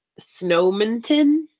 Snowminton